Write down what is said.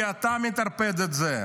כי אתה מטרפד את זה.